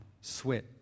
sweat